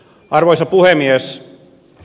arvoisa puhemies